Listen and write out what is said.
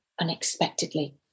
unexpectedly